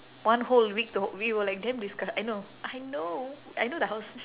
one whole week t~ we were like damn disgust~ I know I know I know the house